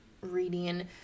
reading